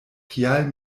kial